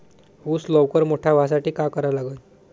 ऊस लवकर मोठा व्हासाठी का करा लागन?